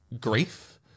grief